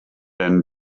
and